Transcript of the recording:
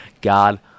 God